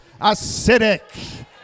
Acidic